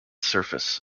surface